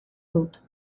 dut